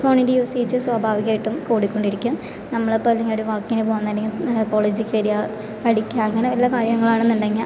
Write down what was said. ഫോണിൻ്റെ യൂസേജ് സ്വാഭാവികമായിട്ടും കൂടിക്കൊണ്ടിരിക്കും നമ്മളിപ്പോൾ അല്ലെങ്കിൽ ഒരു വർക്കിന് പോകുന്നുണ്ടങ്കിൽ കോളേജ് കയറിയാൽ പഠിക്കുക അങ്ങനെ വല്ല കാര്യങ്ങൾ ആണെന്നുണ്ടെങ്കിൽ